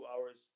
hours